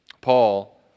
Paul